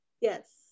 Yes